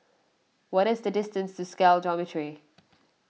what is the distance to Scal Dormitory